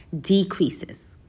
decreases